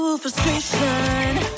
Frustration